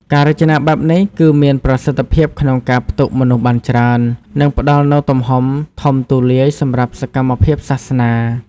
ការរចនាបែបនេះ គឺមានប្រសិទ្ធភាពក្នុងការផ្ទុកមនុស្សបានច្រើន និងផ្តល់នូវទំហំធំទូលាយសម្រាប់សកម្មភាពសាសនា។